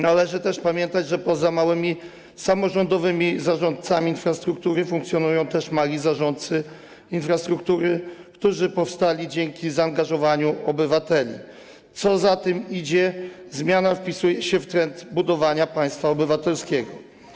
Należy też pamiętać, że poza małymi samorządowymi zarządcami infrastruktury funkcjonują też mali zarządcy infrastruktury, którzy powstali dzięki zaangażowaniu obywateli, a co za tym idzie - zmiana wpisuje się w trend budowania państwa obywatelskiego.